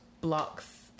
blocks